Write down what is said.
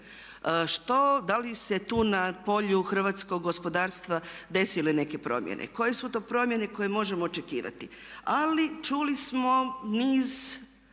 da li se tu na polju hrvatskog gospodarstva desile neke promjene. Koje su to promjene koje možemo očekivati? Ali čuli smo niz